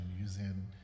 using